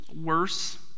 worse